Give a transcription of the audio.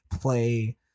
play